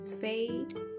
fade